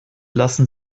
lassen